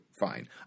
fine